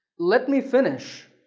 let me finish.